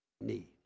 need